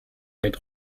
mit